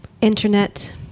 internet